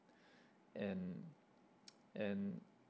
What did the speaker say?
and and